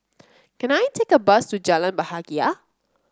can I take a bus to Jalan Bahagia